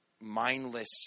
mindless